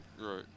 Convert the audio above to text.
Right